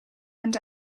and